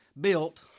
built